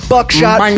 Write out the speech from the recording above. Buckshot